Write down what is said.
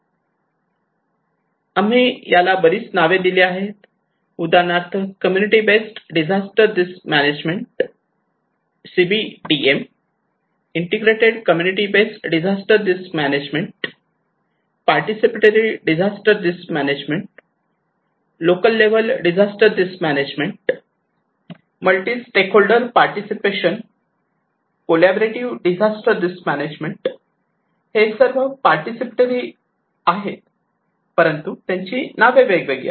आम्ही याला बरीच नावे दिली आहेत उदाहरणार्थ community based disaster risk management CBDM integrated community based disaster risk management participatory disaster risk management local level disaster risk management multi stakeholder participation collaborative disaster risk management हे सर्व participatory आहेत परंतु त्यांची नावे वेगळी आहेत